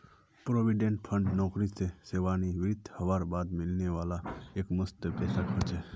provident fund नौकरी स सेवानृवित हबार बाद मिलने वाला एकमुश्त पैसाक कह छेक